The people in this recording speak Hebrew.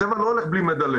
הצבע לא הולך בלי מדלל.